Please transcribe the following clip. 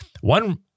One